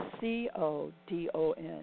C-O-D-O-N